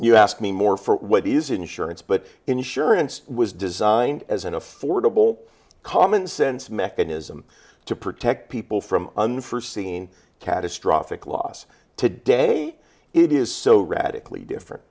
you ask me more for what is insurance but insurance was designed as an affordable commonsense mechanism to protect people from unforseen catastrophic loss today it is so radically different